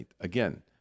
Again